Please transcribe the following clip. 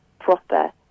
proper